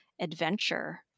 adventure